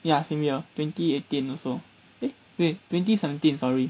ya same year twenty eighteen also eh wait twenty seventeen sorry